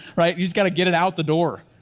right? you just gotta get it out the door.